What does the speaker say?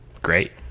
great